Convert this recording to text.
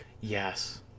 yes